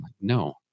No